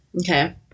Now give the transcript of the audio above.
Okay